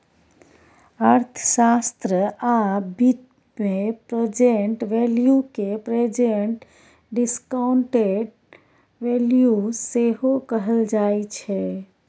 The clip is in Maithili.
अर्थशास्त्र आ बित्त मे प्रेजेंट वैल्यू केँ प्रेजेंट डिसकांउटेड वैल्यू सेहो कहल जाइ छै